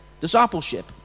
discipleship